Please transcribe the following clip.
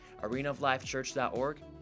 arenaoflifechurch.org